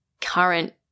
current